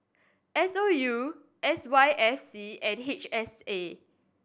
S O U S Y S C and H S A